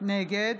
נגד